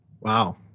wow